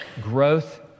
Growth